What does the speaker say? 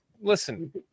listen